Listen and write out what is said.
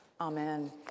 amen